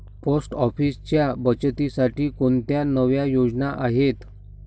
Post ऑफिसच्या बचतीसाठी कोणत्या नव्या योजना आहेत?